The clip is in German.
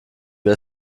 wir